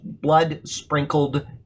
blood-sprinkled